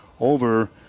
over